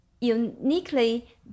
uniquely